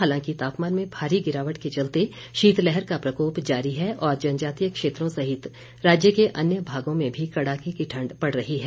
हालांकि तापमान में भारी गिरावट के चलते शीतलहर का प्रकोप जारी है और जनजातीय क्षेत्रों सहित राज्य के अन्य भागों में भी कड़ाके की ठंड पड़ रही है